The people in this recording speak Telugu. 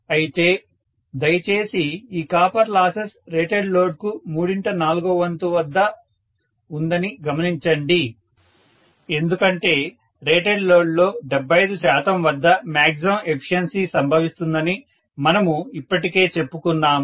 అయితే దయచేసి ఈ కాపర్ లాసెస్ రేటెడ్ లోడ్ కు మూడింట నాలుగవ వంతు వద్ద ఉందని గమనించండి ఎందుకంటే రేటెడ్ లోడ్లో 75 శాతం వద్ద మ్యాగ్జిమం ఎఫిషియన్సీ సంభవిస్తుందని మనము ఇప్పటికే చెప్పుకున్నాము